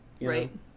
Right